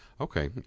Okay